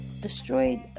destroyed